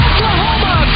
Oklahoma